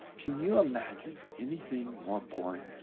can you imagine anything more boring?